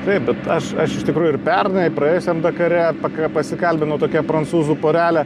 taip bet aš iš tikrųjų ir pernai praėjusiam dakare pakra pasikalbinau tokią prancūzų porelę